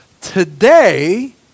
today